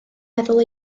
meddwl